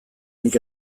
nik